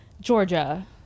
georgia